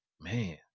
man